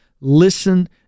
listen